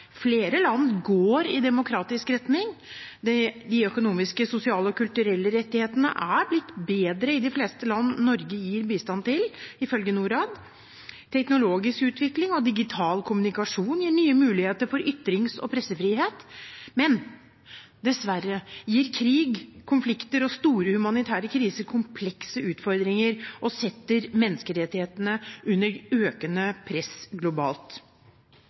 Flere land går i demokratisk retning. De økonomiske, sosiale og kulturelle rettighetene er blitt bedre i de fleste land Norge gir bistand til, ifølge Norad. Teknologisk utvikling og digital kommunikasjon gir nye muligheter for ytrings- og pressefrihet. Men dessverre gir krig, konflikter og store humanitære kriser komplekse utfordringer og setter menneskerettighetene under økende press globalt.